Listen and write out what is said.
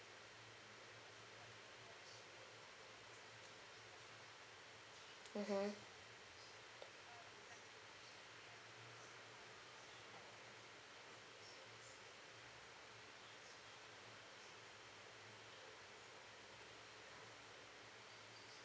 mmhmm